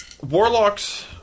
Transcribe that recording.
Warlocks